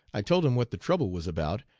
i told him what the trouble was about,